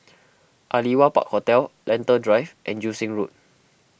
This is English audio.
Aliwal Park Hotel Lentor Drive and Joo Seng Road